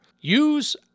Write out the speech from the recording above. Use